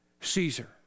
Caesar